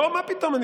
מה פתאום.